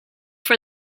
for